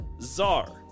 czar